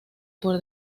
por